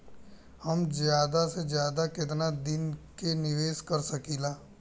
हम ज्यदा से ज्यदा केतना दिन के निवेश कर सकिला?